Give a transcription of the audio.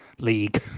league